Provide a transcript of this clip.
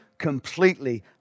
Completely